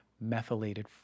methylated